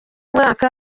mwaka